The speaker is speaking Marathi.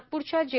नागपूरच्या जे